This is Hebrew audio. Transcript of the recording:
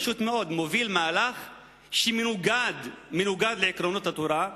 פשוט מאוד מוביל מהלך שמנוגד לעקרונות התורה,